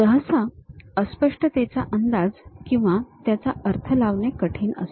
सहसा अस्पष्टतेचा अंदाज किंवा त्याचा अर्थ लावणे कठीण असते